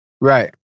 right